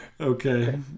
Okay